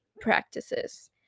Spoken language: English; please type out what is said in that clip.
practices